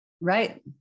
Right